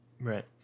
Right